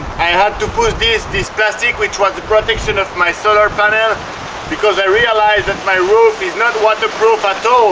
i had to put this, this plastic which was the protection of my solar panel because i realized that my roof is not waterproof at all